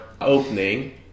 Opening